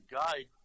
guide